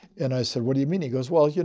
and i said, what do you mean he goes, well. yeah